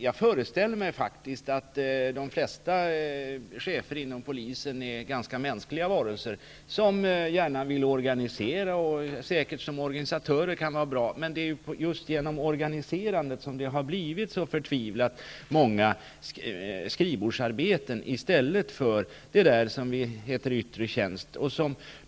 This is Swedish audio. Jag föreställer mig att de flesta chefer inom polisen är mänskliga varelser och som säkert är bra som organisatörer. Men det är just genom organiserandet som det har blivit så förtvivlat mycket skrivbordsarbete i stället för det som kallas heter yttre tjänst.